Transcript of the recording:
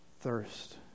thirst